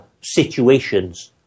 situations